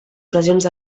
pressions